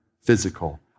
physical